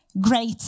great